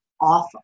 off